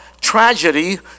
tragedy